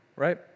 right